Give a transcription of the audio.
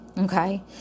Okay